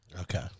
Okay